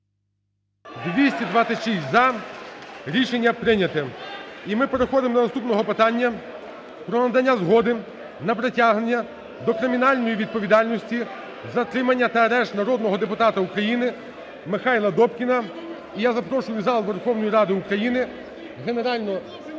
За-226 Рішення прийнято. І ми переходимо до наступного питання: про надання згоди на притягнення до кримінальної відповідальності, затримання та арешт народного депутата України Михайла Добкіна. І я запрошую в зал Верховної Ради України…